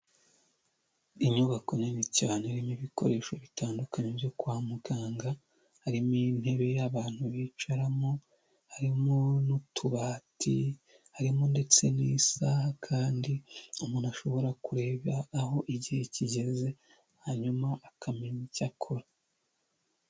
Inyubako nini cyane irimo ibikoresho bitandukanye byo kwa muganga, harimo intebe abantu bicaramo, harimo n'utubati harimo ndetse n'isaha kandi umuntu ashobora kureba aho igihe kigeze, hanyuma akamenya icyo akora.